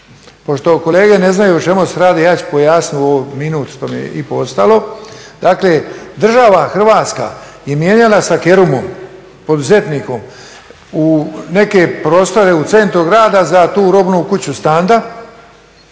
Pošto kolege ne znaju o čemu se radi, ja ću pojasniti u minut i po što mi je ostalo. Dakle država Hrvatska je mijenjala sa Kerumom poduzetnikom neke prostore u centru grada za tu Robnu kuću Standa